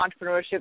entrepreneurship